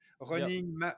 running